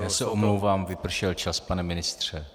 Já se omlouvám, vypršel čas, pane ministře.